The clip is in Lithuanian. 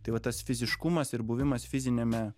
tai va tas fiziškumas ir buvimas fiziniame